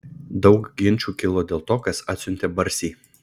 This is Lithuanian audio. daug ginčų kilo dėl to kas atsiuntė barsį